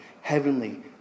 heavenly